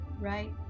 right